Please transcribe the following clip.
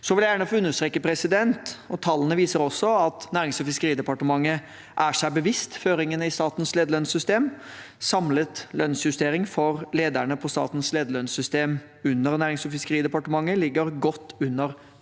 Jeg vil gjerne få understreke, som tallene også viser, at Nærings- og fiskeridepartementet er seg bevisst føringene i statens lederlønnssystem. Samlet lønnsjustering for lederne på statens lederlønnssystem under Næringsog fiskeridepartementet ligger godt under frontfagsrammen